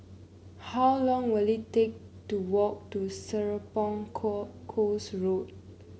how long will it take to walk to Serapong Co Course Road